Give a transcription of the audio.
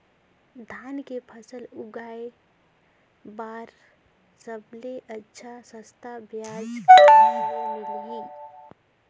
धान के फसल उगाई बार सबले अच्छा सस्ता ब्याज कहा ले मिलही?